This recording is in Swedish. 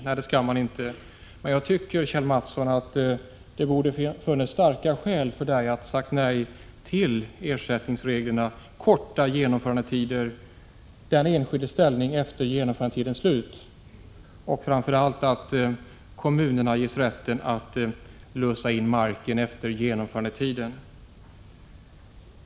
Nej, det skall man inte, men jag anser att det fanns starka skäl för er att säga nej beträffande ersättningsreglerna, korta genomförandetider, den enskildes ställning efter genomförandetidens slut och framför allt beträffande kommunernas sätt att lösa in marken efter genomförandetiden.